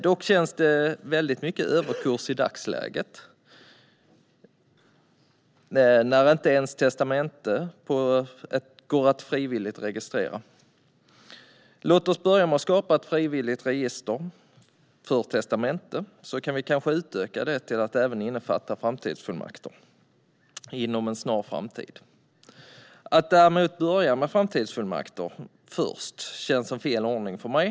Dock känns det väldigt mycket som överkurs i dagsläget, när inte ens testamenten går att registrera frivilligt. Låt oss börja med att skapa ett frivilligt register för testamenten, så kan vi kanske utöka det till att även innefatta framtidsfullmakter inom en snar framtid. Att däremot börja med framtidsfullmakter känns som fel ordning för mig.